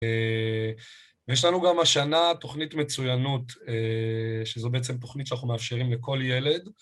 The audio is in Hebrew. ויש לנו גם השנה תוכנית מצוינות, שזו בעצם תוכנית שאנחנו מאפשרים לכל ילד.